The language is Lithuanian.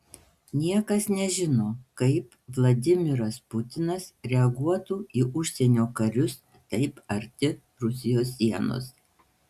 niekas nežino kaip vladimiras putinas reaguotų į užsienio karius taip arti rusijos sienos